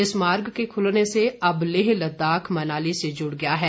इस मार्ग के खुलने से अब लेह लद्दाख मनाली से जुड़ गया है